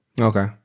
Okay